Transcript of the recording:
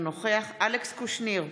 אינו נוכח אלכס קושניר,